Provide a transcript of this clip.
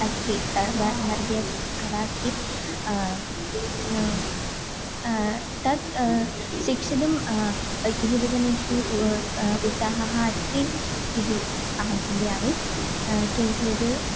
अस्ति बा भारतीयकला अस्ति तत् शिक्षितुं युवजनेषु उत्साहः अस्ति इति अहं चिन्तयामि किञ्चित्